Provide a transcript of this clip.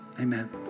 Amen